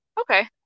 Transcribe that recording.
Okay